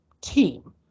team